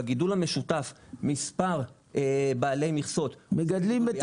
בגידול המשותף מספר בעלי מכסות מגדלים ביחד.